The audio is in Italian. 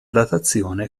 datazione